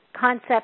concept